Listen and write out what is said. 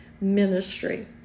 Ministry